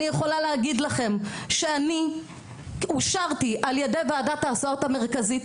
אני יכולה להגיד לכם שאני אושרתי על ידי ועדת ההסעות המרכזית